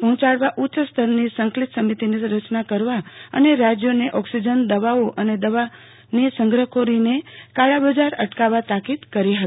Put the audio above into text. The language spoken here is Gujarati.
પહોંચાડવા ઉચ્ચસ્તરની સંકલિત સમિતિનો રચના કરવી અને રાજયોને ઓકિસજન દવાઓ અન દવાઓની સંગ્રહખોરીને કાળાબજાર અટકાવવા તાકીદ કરી હતી